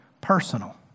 personal